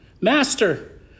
Master